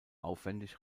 aufwendig